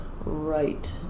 right